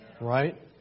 Right